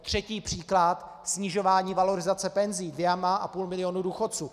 Třetí příklad: snižování valorizace penzí dvěma a půl milionu důchodců.